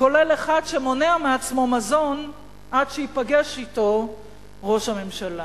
כולל אחד שמונע מעצמו מזון עד שייפגש אתו ראש הממשלה.